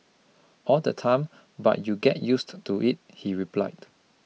all the time but you get used to it he replied